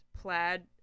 plaid